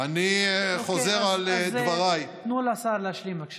תנו לשר להשלים, בבקשה.